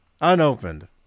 Unopened